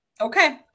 Okay